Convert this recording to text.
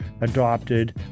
adopted